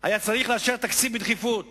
היה צריך לאשר תקציב בדחיפות